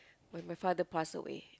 when my father pass away